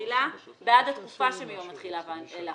התחילה בעד התקופה שמיום התחילה ואילך,